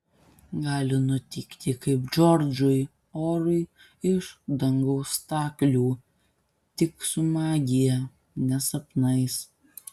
gali nutikti kaip džordžui orui iš dangaus staklių tik su magija ne sapnais